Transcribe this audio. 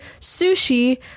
sushi